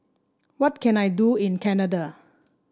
what can I do in Canada